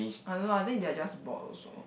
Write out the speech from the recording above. I don't know I think they are just bored also